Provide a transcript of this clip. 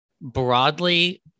broadly